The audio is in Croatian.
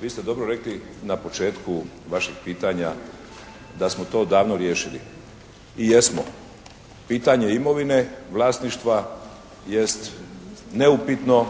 Vi ste dobro rekli na početku vašeg pitanja da smo to odavno riješili. I jesmo. Pitanje imovine, vlasništva jest neupitno.